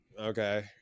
okay